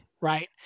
right